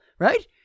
Right